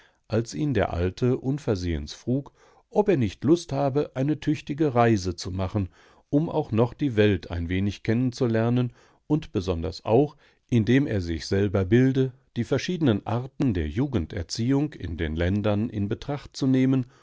als ihn der alte unversehens frug ob er nicht lust habe eine tüchtige reise zu machen um auch noch die welt ein wenig kennen zu lernen und besonders auch indem er sich selber bilde die verschiedenen arten der jugenderziehung in den ländern in betracht zu nehmen